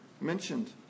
mentioned